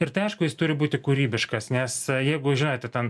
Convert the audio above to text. ir tai aišku jis turi būti kūrybiškas nes jeigu žinote ten